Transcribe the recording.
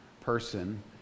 person